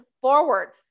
forward